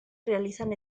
realizan